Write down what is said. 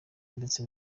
ndetse